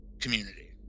community